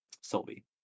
Sylvie